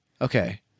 Okay